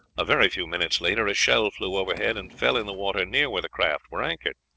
a very few minutes later a shell flew overhead, and fell in the water near where the craft were anchored.